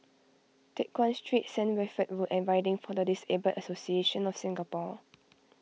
Teck Guan Street Saint Wilfred Road and Riding for the Disabled Association of Singapore